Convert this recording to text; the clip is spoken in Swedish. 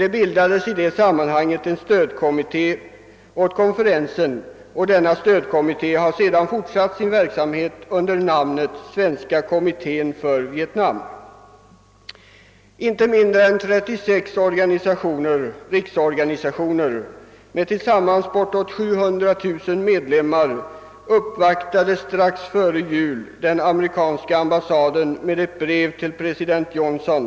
Det bildades i det sammanhanget en svensk stödkommitté åt konferensen, och denna har sedan fortsatt sin verksamhet under namnet Svenska kommittén för Vietnam. Inte mindre än 36 riksorganisationer med tillsammans bortåt 700 000 medlemmar uppvaktade på kommitténs initiativ strax före jul den amerikanska ambassaden med ett brev till president Johnson.